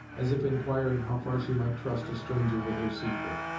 as if inquiring how far she might trust a stranger with her secret.